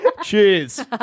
Cheers